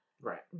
Right